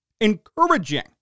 Encouraging